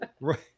right